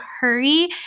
hurry